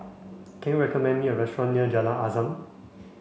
can you recommend me a restaurant near Jalan Azam